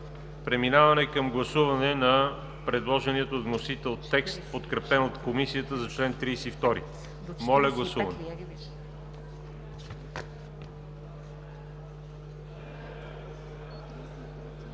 Преминаваме към гласуване на предложения от вносителя текст, подкрепен от Комисията, за чл. 32. Гласували